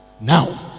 Now